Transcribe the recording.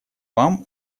вам